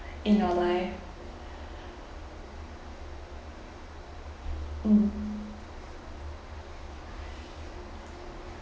in your life mm